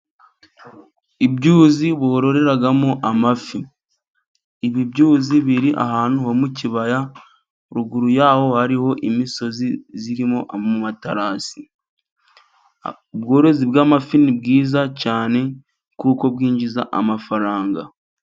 Ibyuzi bororeramo amafi ,ibi byuzi biri ahantu ho mu kibaya ,ruguru yaho hariho imisozi irimo amatarasi. Ubworozi bw'amafi bwiza cyane injiza amafaranga.